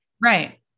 Right